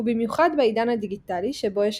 ובמיוחד בעידן הדיגיטלי שבו יש